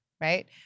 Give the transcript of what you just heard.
right